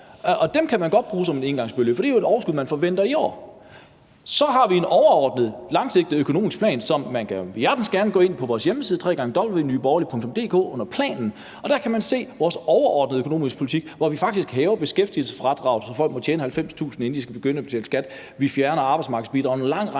dem kan man godt bruge som et engangsbeløb, for det er jo et overskud, man forventer i år. Så har vi en overordnet langsigtet økonomisk plan, og man må hjertens gerne gå ind på vores hjemmeside, www.nyeborgerlige.dk, under »PLANEN«, og der kan man se vores overordnede økonomiske politik, hvor vi faktisk hæver beskæftigelsesfradraget, så folk må tjene 90.000 kr., inden de skal begynde at betale skat, vi fjerner arbejdsmarkedsbidraget,